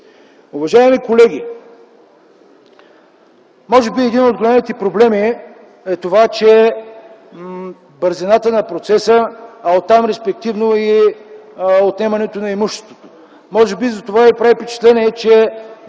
Уважаеми колеги, може би един от големите проблеми е бързината на процеса, а оттам респективно и отнемането на имуществото. Може би затова Ви прави впечатление, че